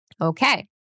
Okay